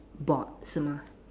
board 是吗